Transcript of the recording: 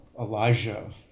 Elijah